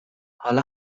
حالا